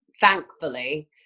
thankfully